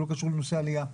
לא קשור לנושא העלייה.